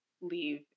leave